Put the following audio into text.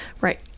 Right